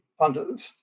funders